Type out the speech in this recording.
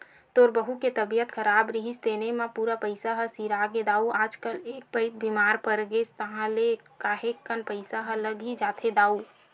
तोर बहू के तबीयत खराब रिहिस तेने म पूरा पइसा ह सिरागे दाऊ आजकल एक पइत बेमार परगेस ताहले काहेक कन पइसा ह लग ही जाथे दाऊ